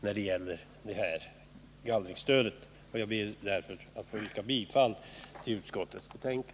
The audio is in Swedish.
Jag ber därför att få yrka bifall till jordbruksutskottets hemställan.